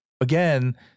again